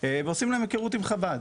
ועושים להם היכרות עם חב"ד,